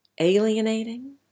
alienating